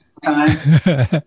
time